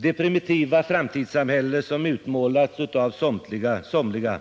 Det primitiva framtidssamhälle som utmålats av somliga